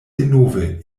denove